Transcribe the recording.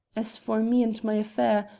as for me and my affair,